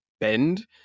bend